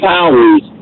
Powers